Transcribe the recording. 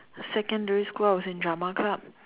secondary school I was in drama club